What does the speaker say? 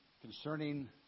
concerning